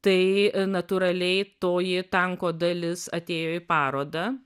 tai natūraliai toji tanko dalis atėjo į parodą